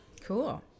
Cool